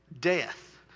death